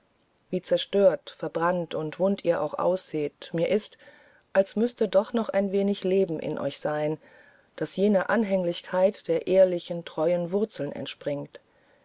wie zerstört verbrannt und wund ihr auch ausseht mir ist als müßte doch noch ein wenig leben in euch sein das jener anhänglichkeit der ehrlichen treuen wurzeln entspringt